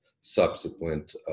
subsequent